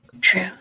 True